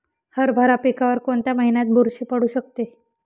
हरभरा पिकावर कोणत्या महिन्यात बुरशी पडू शकते?